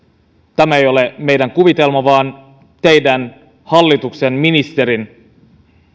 tämä ei ole meidän kuvitelmaamme vaan teidän hallituksenne ministerin